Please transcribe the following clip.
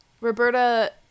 Roberta